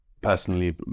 Personally